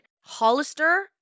Hollister